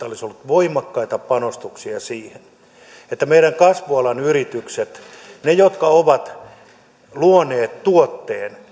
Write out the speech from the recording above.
olisi ollut voimakkaita panostuksia siihen että oltaisiin luotu se porras jolla meidän kasvualan yritysten jotka ovat luoneet tuotteen